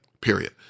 period